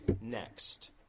next